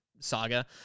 saga